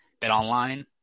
BetOnline